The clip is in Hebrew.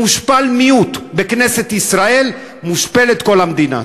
שמושפל מיעוט בכנסת ישראל, מושפלת כל המדינה.